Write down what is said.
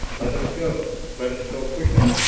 let us go let us go quickly!